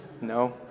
No